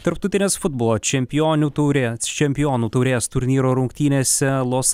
tarptautinės futbolo čempionių taurė čempionų taurės turnyro rungtynėse los